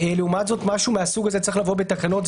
לעומת זאת משהו מהסוג הזה צריך לבוא בתקנות.